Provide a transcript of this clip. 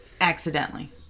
Accidentally